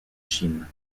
chine